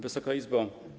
Wysoka Izbo!